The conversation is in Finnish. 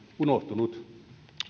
unohtunut